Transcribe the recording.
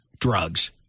drugs